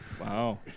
Wow